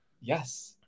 Yes